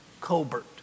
Colbert